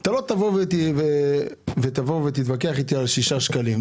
אתה לא תתווכח אתי על שישה שקלים.